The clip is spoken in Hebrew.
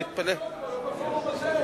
זה מעניין אותי מאוד, אבל לא בפורום הזה.